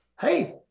hey